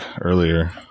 earlier